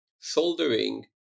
soldering